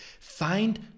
Find